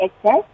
access